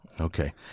Okay